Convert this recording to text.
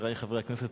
חברי חברי הכנסת,